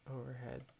overhead